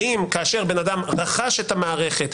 כאשר בן אדם רכש את המערכת,